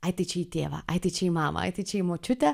ai tai čia į tėvą ai tai čia į mamą ai tai čia į močiutę